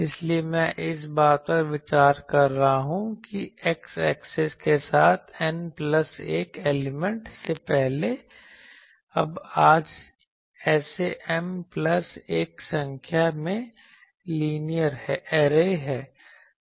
इसलिए मैं इस बात पर विचार कर रहा हूं कि x एक्सिस के साथ N प्लस 1 एलिमेंट से पहले अब आज ऐसे M प्लस 1 संख्या में लीनियर ऐरे हैं